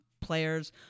players